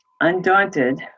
Undaunted